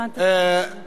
חברי הכנסת,